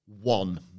One